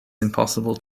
impossible